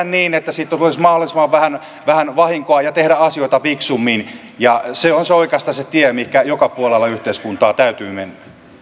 niin että siitä tulisi mahdollisimman vähän vähän vahinkoa ja koetetaan tehdä asioita fiksummin ja se on se oikeastaan se tie mihinkä joka puolella yhteiskuntaa täytyy mennä